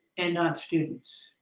and not students.